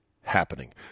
happening